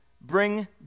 bring